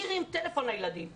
מי הרים טלפון לילדים האלה?